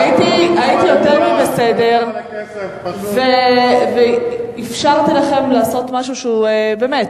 הייתי יותר מבסדר ואפשרתי לכם לעשות משהו שהוא באמת,